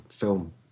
Film